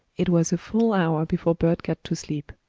it was a full hour before bert got to sleep.